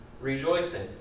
rejoicing